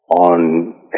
on